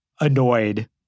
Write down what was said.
annoyed